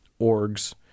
orgs